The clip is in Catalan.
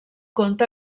conte